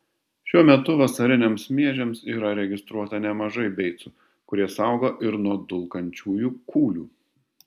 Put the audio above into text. šiuo metu vasariniams miežiams yra registruota nemažai beicų kurie saugo ir nuo dulkančiųjų kūlių